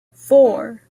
four